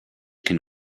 can